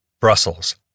Brussels